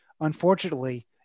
unfortunately